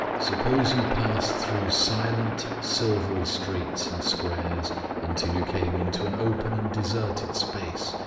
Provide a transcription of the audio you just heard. suppose you passed through silent, silvery streets and squares until you came into an open and deserted space,